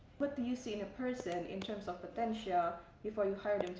what do you see in a person in terms of potential before you hire